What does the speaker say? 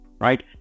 right